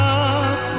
up